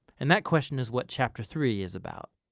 and that question is what chapter three is about.